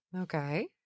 Okay